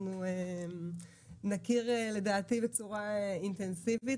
אנחנו נכיר לדעתי בצורה אינטנסיבית,